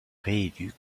réélu